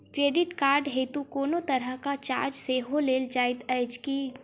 Credit card हेतु कोनो तरहक चार्ज सेहो लेल जाइत अछि की?